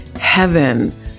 heaven